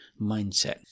mindset